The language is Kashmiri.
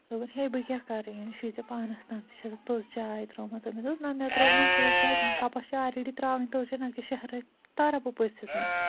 دوٚپُن ہے بہٕ کیٛاہ کَرٕ وۅنۍ یہِ چھُے ژےٚ پانَس تام ژےٚ چھَتھ تٔژ چاے ترٛاومٕژ مےٚ دوٚپمَس نہٕ مےٚ ترٛٲو نہٕ اَتھ تٔژ چاے کپَس چھِ آلریڈی ترٛاوٕنی تٔژ چاے نَتہٕ شہراوِتھ تارا بہٕ پٔژھسن